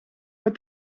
but